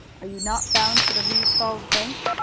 are you not bound for the lee's falls bank?